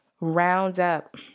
Roundup